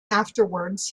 afterwards